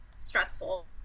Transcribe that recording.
stressful